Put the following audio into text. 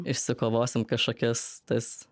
išsikovosim kašokias tas